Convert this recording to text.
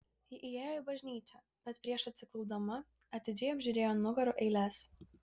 ji įėjo į bažnyčią bet prieš atsiklaupdama atidžiai apžiūrėjo nugarų eiles